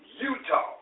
Utah